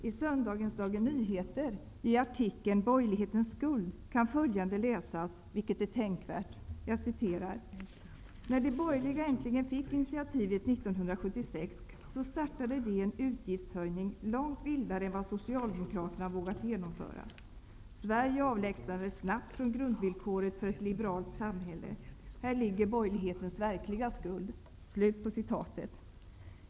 I söndagens Dagens Nyheter kan följande läsas i artikeln Borgerlighetens skuld, vilket är tänkvärt: ''När de borgerliga äntligen fick initiativet 1976 startade de en utgiftshöjning långt vildare än vad socialdemokraterna vågat genomföra. Sverige avlägsnades snabbt från grundvillkoren för ett liberalt samhälle. Här ligger borgerlighetens verkliga skuld.''